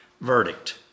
verdict